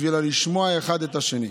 בשביל לשמוע אחד את השני.